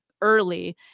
early